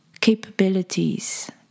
capabilities